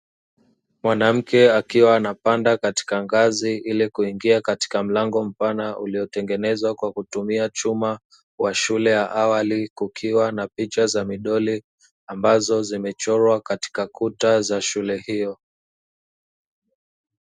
Mwanamke akiwa anapanda katika ngazi ili kuingia katika mlango mpana uliotengenezwa kwa kutumia chuma, kwa shule ya awali kukiwa na picha za midoli ambazo zimechorwa katika kuta za shule hiyo.